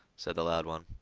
said the loud one.